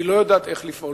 שהיא לא יודעת איך לפעול.